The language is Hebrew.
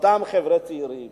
אותם חבר'ה צעירים